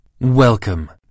Welcome